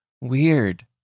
Weird